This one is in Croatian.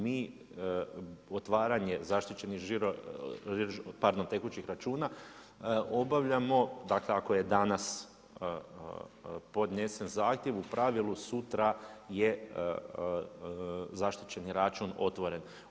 Mi otvaranje zaštićenih žiro, pardon, tekućih računa, obavljamo, dakle ako je danas podnesen zahtjev u pravilu sutra je zaštićeni račun otvoren.